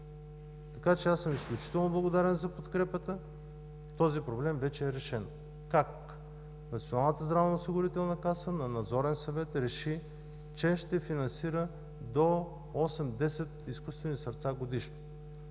Така че аз съм изключително благодарен за подкрепата. Този проблем вече е решен. Как? Националната здравноосигурителна каса на Надзорен съвет реши, че ще финансира до 8-10 изкуствени сърца годишно.